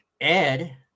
Ed